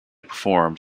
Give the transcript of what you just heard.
performed